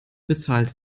bezahlt